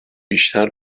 بیشتر